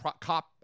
cop